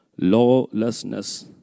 lawlessness